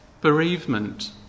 Bereavement